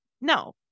no